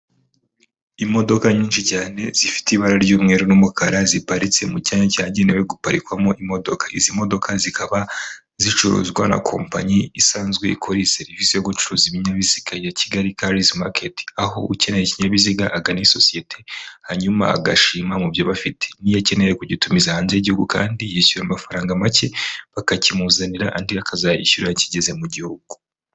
Imodoka nyinshi cyane zifite ibara ry'umweru n'umukara ziparitse mu cyanya cyagenewe guparikwamo imodoka. Izi modoka zikaba zicuruzwa na kompanyi isanzwe ikora iyi serivisi yo gucuruza ibinyabiziga ya Kigali cars market, aho ukeneye ikinyabiziga agana iyi sosiyete, hanyuma agashima mu byo bafite, n'iyo akeneye kugitumiza hanze y'Igihugu kandi yishyura amafaranga make, bakakimuzanira andi akazayishyura kigeze mu Gihugu.